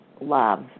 love